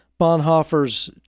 Bonhoeffer's